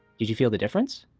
you feel the difference?